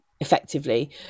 effectively